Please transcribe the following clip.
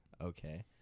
Okay